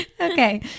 Okay